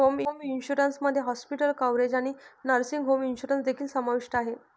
home insurance मध्ये hospital coverage आणि nursing home insurance देखील समाविष्ट आहे